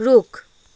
रुख